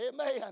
Amen